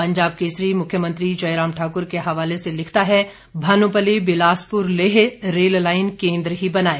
पंजाब केसरी मुख्यमंत्री जयराम ठाक्र को हवाले से लिखता है भानुपल्ली बिलासपुर लेह रेल लाइन केंद्र ही बनाए